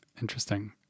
Interesting